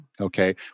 Okay